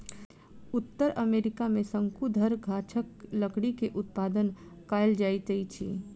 उत्तर अमेरिका में शंकुधर गाछक लकड़ी के उत्पादन कायल जाइत अछि